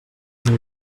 not